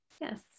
Yes